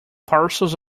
parcels